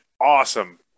awesome